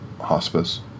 hospice